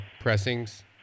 Pressings